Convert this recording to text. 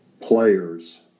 players